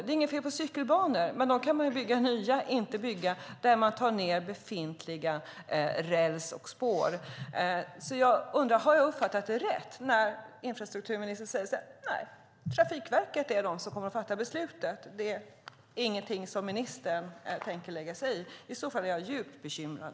Det är inget fel på cykelbanor, men man kan bygga nya sådana i stället för att bygga dem där man tar bort befintlig räls och befintliga spår. Jag undrar: Har jag uppfattat det rätt att infrastrukturministern säger att det är Trafikverket som kommer att fatta beslutet och att det inte är någonting som ministern tänker lägga sig i? I så fall är jag djupt bekymrad.